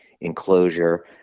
enclosure